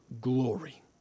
glory